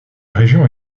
région